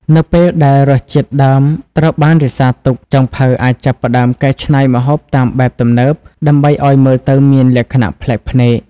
នៅពេលដែលរសជាតិដើមត្រូវបានរក្សាទុក ចុងភៅអាចចាប់ផ្តើមកែច្នៃម្ហូបតាមបែបទំនើបដើម្បីឲ្យមើលទៅមានលក្ខណៈប្លែកភ្នែក។